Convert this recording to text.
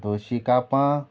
दोशी कापां